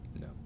No